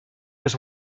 this